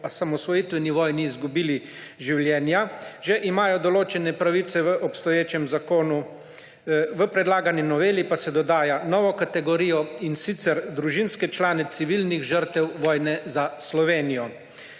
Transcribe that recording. v osamosvojitveni vojni izgubili življenja, že imajo določne pravice v obstoječem zakonu. V predlagani noveli pa se dodaja novo kategorijo, in sicer družinski člani civilnih žrtev vojne za Slovenijo.